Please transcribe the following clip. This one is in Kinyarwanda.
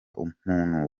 umuntu